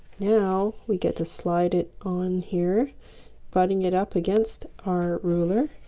now we get to slide it on here fighting it up against our ruler